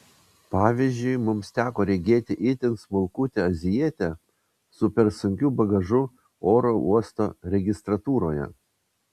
pavyzdžiui mums teko regėti itin smulkutę azijietę su per sunkiu bagažu oro uosto registratūroje